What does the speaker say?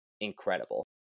incredible